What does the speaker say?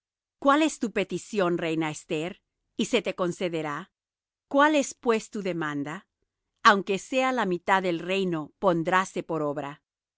cuál es tu petición reina esther y se te concederá cuál es pues tu demanda aunque sea la mitad del reino pondráse por obra